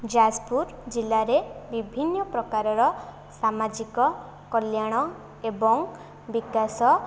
ଯାଜପୁର ଜିଲ୍ଲାରେ ବିଭିନ୍ନ ପ୍ରକାରର ସାମାଜିକ କଲ୍ୟାଣ ଏବଂ ବିକାଶ